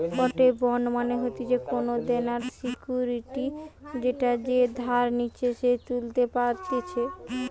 গটে বন্ড মানে হতিছে কোনো দেনার সিকুইরিটি যেটা যে ধার নিচ্ছে সে তুলতে পারতেছে